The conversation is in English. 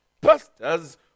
Pastors